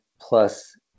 plus